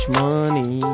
money